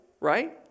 right